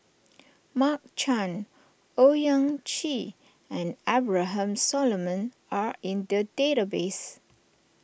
Mark Chan Owyang Chi and Abraham Solomon are in the database